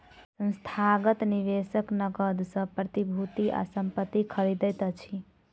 संस्थागत निवेशक नकद सॅ प्रतिभूति आ संपत्ति खरीदैत अछि